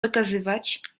dokazywać